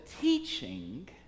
teaching